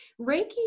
Reiki